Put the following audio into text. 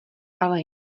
ale